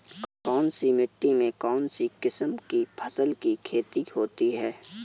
कौनसी मिट्टी में कौनसी किस्म की फसल की खेती होती है?